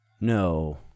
no